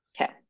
Okay